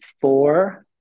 four